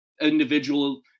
individual